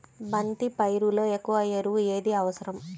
బంతి పైరులో ఎక్కువ ఎరువు ఏది అవసరం?